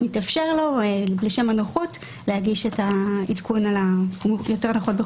מתאפשר לו לשם הנוחות להגיש את העדכון יותר נכון,